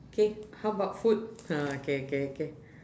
K how about food ha K K K